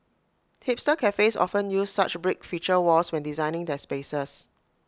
hipster cafes often use such brick feature walls when designing their spaces